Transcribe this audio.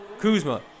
Kuzma